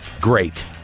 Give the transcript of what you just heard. great